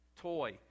toy